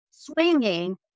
swinging